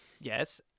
yes